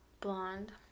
blonde